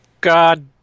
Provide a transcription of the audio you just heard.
God